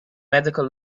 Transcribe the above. medical